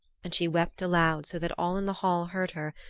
and she wept aloud so that all in the hall heard her,